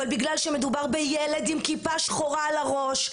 אבל בגלל שמדובר בילד עם כיפה שחורה על הראש,